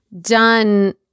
done